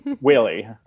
Willie